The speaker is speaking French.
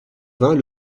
vingts